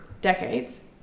decades